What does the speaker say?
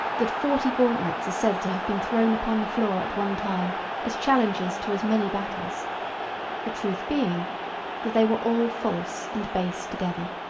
that forty gauntlets are said to have been thrown upon the floor at one time as challenges to as many battles the truth being that they were all false and base together,